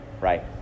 right